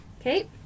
Okay